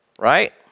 right